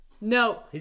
No